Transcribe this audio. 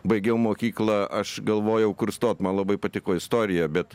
baigiau mokyklą aš galvojau kur stot man labai patiko istorija bet